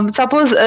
Suppose